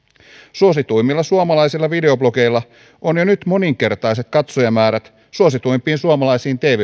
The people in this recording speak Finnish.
suosituimmilla suomalaisilla videoblogeilla on jo nyt moninkertaiset katsojamäärät suosituimpiin suomalaisiin tv